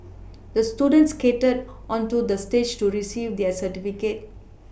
the student skated onto the stage to receive the certificate